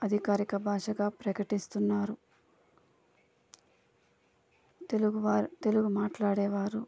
అధికారిక భాషగా ప్రకటిస్తున్నారు తెలుగువారు తెలుగు మాట్లాడేవారు